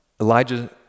Elijah